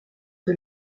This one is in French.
que